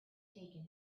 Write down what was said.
taken